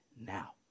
now